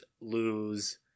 lose